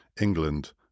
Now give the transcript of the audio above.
England